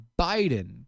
Biden